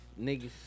Niggas